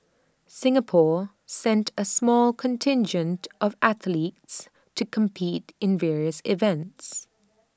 Singapore sent A small contingent of athletes to compete in various events